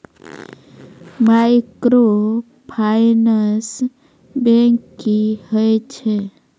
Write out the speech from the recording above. Microfinance bank की होय छै?